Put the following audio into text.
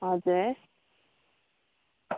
हजुर